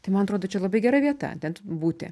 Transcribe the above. tai man atrodo čia labai gera vieta ten būti